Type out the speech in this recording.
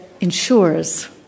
ensures